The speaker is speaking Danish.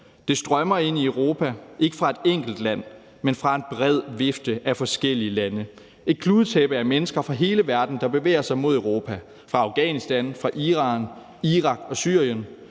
Det strømmer ind i Europa, ikke fra et enkelt land, men fra en bred vifte af forskellige lande. Det er et kludetæppe af mennesker fra hele verden, der bevæger sig mod Europa, fra Afghanistan, fra Iran, Irak og Syrien,